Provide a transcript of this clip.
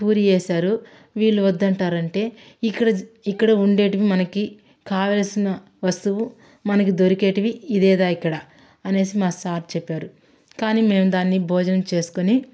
పూరీ వేసారు వీళ్ళు వద్దంటారంటే ఇక్కడ ఇక్కడ ఉండేవి మనకి కావాల్సిన వస్తువు మనకు దొరికేవి ఇదే ఇక్కడ అనేసి మా సార్ చెప్పారు కానీ మేం దాన్ని భోజనం చేసుకొని